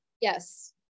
Yes